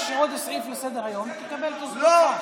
יש עוד סעיף לסדר-היום, אתה תקבל את זכות לא.